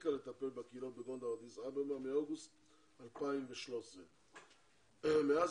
הפסיקה לטפל בקהילות בגונדר ובאדיס אבבה כבר מאוגוסט 2013. מאז